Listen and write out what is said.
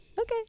Okay